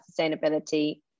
sustainability